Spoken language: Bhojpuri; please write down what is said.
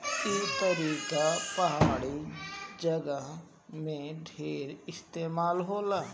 ई तरीका पहाड़ी जगह में ढेर इस्तेमाल होला